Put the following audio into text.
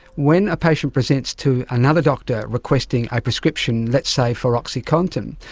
when a patient presents to another doctor requesting a prescription, let's say for oxycontin,